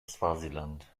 swasiland